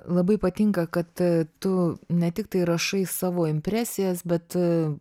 labai patinka kad tu ne tiktai rašai savo impresijas bet